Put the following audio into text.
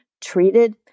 treated